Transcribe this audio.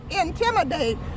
intimidate